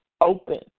open